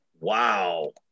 wow